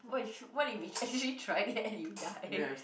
what if what if he's actually trying and you die